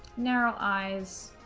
narrow eyes,